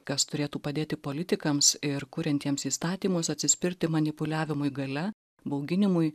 kas turėtų padėti politikams ir kuriantiems įstatymus atsispirti manipuliavimui galia bauginimui